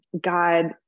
God